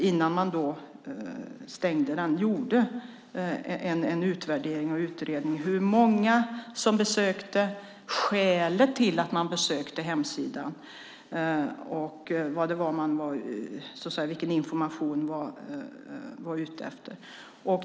Innan man stängde den gjorde man en utvärdering och utredning av hur många som besökte den och skälet till att de besökte hemsidan, vilken information de var ute efter.